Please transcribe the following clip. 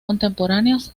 contemporáneas